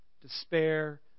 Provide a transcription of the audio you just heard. despair